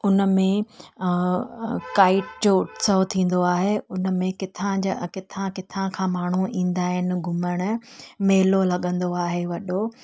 उनमें काइट जो उत्सव थींदो आहे उनमें किथां जा किथां किथां खां माण्हू ईंदा आहिनि घुमणु मेलो लॻंदो आहे वॾो